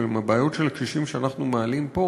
עם הבעיות של הקשישים שאנחנו מעלים פה